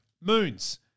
Moons